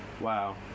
Wow